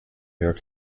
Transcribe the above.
york